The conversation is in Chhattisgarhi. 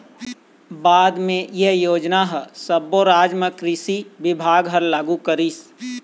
बाद म ए योजना ह सब्बो राज म कृषि बिभाग ह लागू करिस